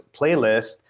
playlist